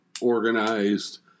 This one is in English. organized